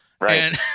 Right